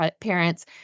parents